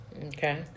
Okay